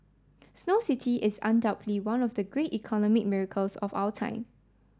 Snow City is undoubtedly one of the great economic miracles of our time